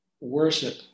worship